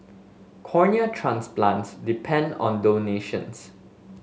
cornea transplants depend on donations